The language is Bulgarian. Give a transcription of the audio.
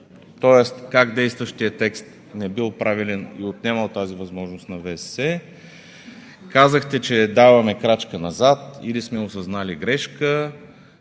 тоест как действащият текст не бил правилен и отнемал тази възможност на ВСС, казахте, че даваме крачка назад или сме осъзнали грешка.